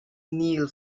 kneel